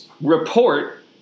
report